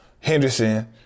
henderson